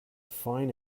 fine